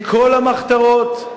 מכל המחתרות,